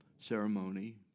ceremony